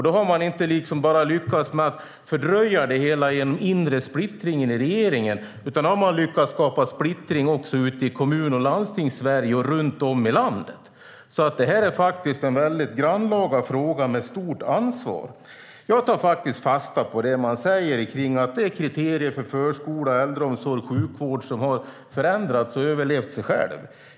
Då har man inte bara lyckats fördröja det hela genom en inre splittring i regeringen utan också skapa splittring i Kommun och Landstingssverige i hela landet. Det här är faktiskt en grannlaga fråga med stort ansvar. Jag tar fasta på det man säger om att det är kriterier för förskola, äldreomsorg och sjukvård som har förändrats och överlevt sig själva.